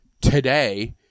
today